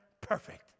perfect